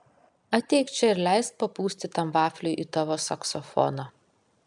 ateik čia ir leisk papūsti tam vafliui į tavo saksofoną